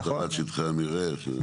הבטחת שטחי המרעה.